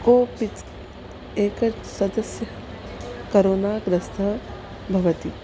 कोपि स् एकसदस्य करोना ग्रस्तः भवति